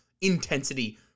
intensity